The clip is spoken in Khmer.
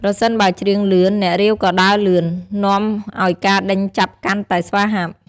ប្រសិនបើច្រៀងលឿន អ្នករាវក៏ដើរលឿន នាំឱ្យការដេញចាប់កាន់តែស្វាហាប់។